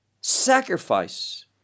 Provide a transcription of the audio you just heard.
sacrifice